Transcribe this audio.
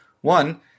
One